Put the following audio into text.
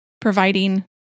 providing